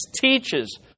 teaches